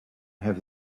have